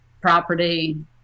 property